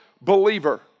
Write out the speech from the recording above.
believer